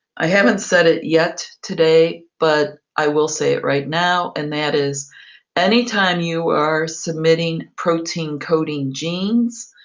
i haven't said it yet today, but i will say it right now, and that is anytime you are submitting protein coding genes,